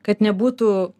kad nebūtų